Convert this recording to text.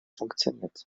funktioniert